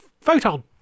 Photon